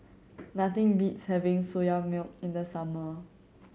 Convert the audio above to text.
nothing beats having Soya Milk in the summer